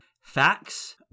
Facts